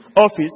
office